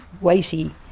weighty